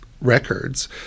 records